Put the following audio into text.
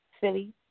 Philly